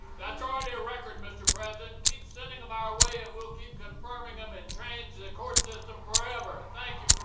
that's already a record, mr. president. keep sending them our way, and we'll keep confirming them um and change the court system forever. thank you